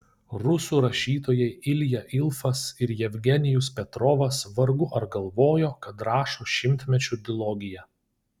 rusų rašytojai ilja ilfas ir jevgenijus petrovas vargu ar galvojo kad rašo šimtmečių dilogiją